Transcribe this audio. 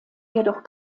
jedoch